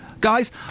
guys